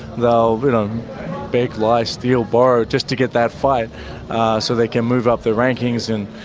they'll beg, lie, steal, borrow, just to get that fight so they can move up the rankings. and,